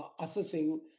assessing